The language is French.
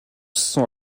sont